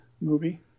movie